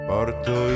Porto